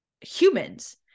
humans